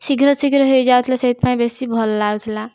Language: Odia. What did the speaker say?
ଶୀଘ୍ର ଶୀଘ୍ର ହୋଇଯାଉଥିଲା ସେଇଥିପାଇଁ ବେଶୀ ଭଲ ଲାଗୁଥିଲା